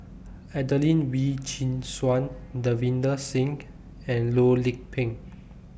Adelene Wee Chin Suan Davinder Singh and Loh Lik Peng